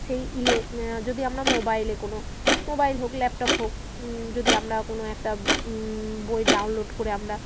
সেই ইলে যদি আমরা মোবাইলে কোনো মোবাইল হোক ল্যাপটপ হোক যদি আমরা কোনো একটা বই ডাউনলোড করে আমরা